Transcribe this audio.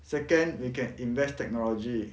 second we can invest technology